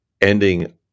ending